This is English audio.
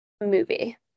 movie